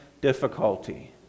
difficulty